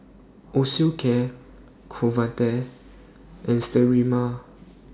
Osteocare Convatec and Sterimar